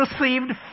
received